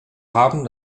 haben